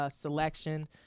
selection